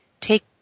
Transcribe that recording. take